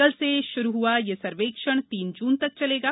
कल सा श्रू हआ यह सर्वेक्षण तीन जुन तक चलणा